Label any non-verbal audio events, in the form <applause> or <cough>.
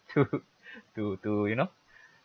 to <laughs> to to you know